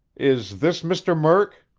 is this mr. murk?